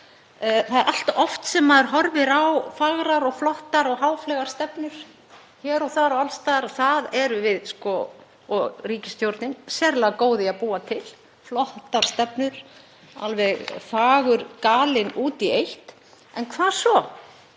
Það er allt of oft sem maður horfir á fagrar og flottar og háfleygar stefnur hér og þar og alls staðar og ríkisstjórnin er sérlega góð í að búa þær til, flottar stefnur, alveg fagurgalinn út í eitt. En hvað svo?